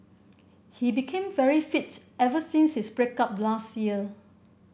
he became very fits ever since his break up last year